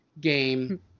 game